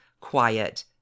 quiet